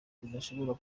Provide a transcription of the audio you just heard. bidashobora